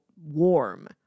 warm